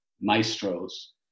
maestros